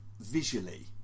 visually